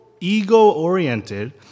ego-oriented